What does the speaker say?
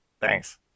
thanks